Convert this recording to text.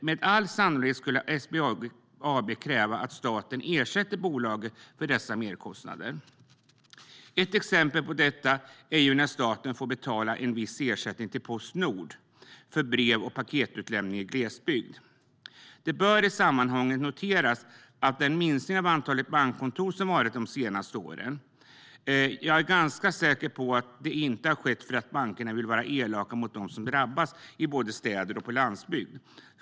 Med all sannolikhet skulle SBAB kräva att staten ersätter bolaget för dessa merkostnader. Ett exempel på det är att staten får betala en viss ersättning till Postnord för brev och paketutlämning i glesbygd. Vi bör i sammanhanget notera den minskning av antalet bankkontor som skett de senaste åren. Jag är ganska säker på att det inte har skett på grund av att bankerna vill vara elaka mot dem som drabbas både i städer och på landsbygden.